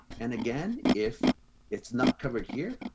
and again, if it's not covered here,